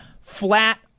flat